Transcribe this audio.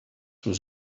was